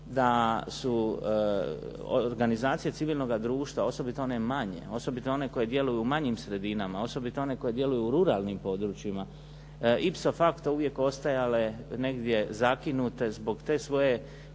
da su organizacije civilnoga društva osobito one manje, osobito one koje djeluju u manjim sredinama, osobito one koje djeluju u ruralnim područjima ipso facto uvijek ostajale negdje zakinute zbog te svoje